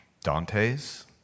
Dante's